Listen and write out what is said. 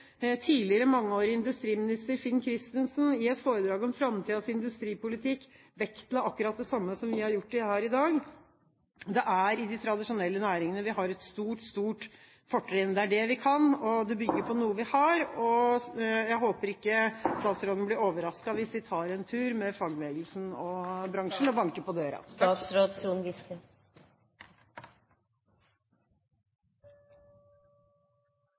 tidligere mangeårige industriminister Finn Kristensen i et foredrag om framtidens industripolitikk vektla akkurat det samme som vi har gjort her i dag: Det er i de tradisjonelle næringene vi har et stort, stort fortrinn. Det er det vi kan, og det bygger på noe vi har. Jeg håper ikke statsråden blir overrasket hvis vi tar en tur med fagbevegelsen og bransjen og banker på døra.